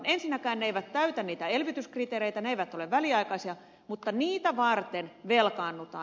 ensinnäkään ne eivät täytä niitä elvytyskriteereitä ne eivät ole väliaikaisia mutta niitä varten velkaannutaan